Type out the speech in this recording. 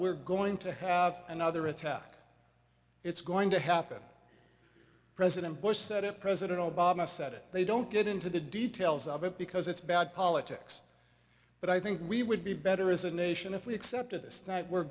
we're going to have another attack it's going to happen president bush said it president obama said it they don't get into the details of it because it's bad politics but i think we would be better as a nation if we accepted this that we're